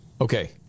Okay